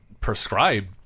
prescribed